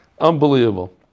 Unbelievable